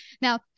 Now